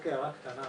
רק הערה קטנה,